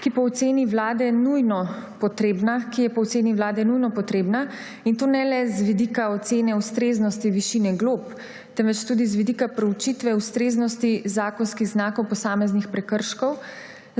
ustreznosti njegovih določb, ki je po oceni Vlade nujno potrebna, in to ne le z vidika ocene ustreznosti višine glob, temveč tudi z vidika proučitve ustreznosti zakonskih znakov posameznih prekrškov,